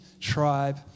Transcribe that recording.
tribe